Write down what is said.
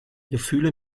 gefühle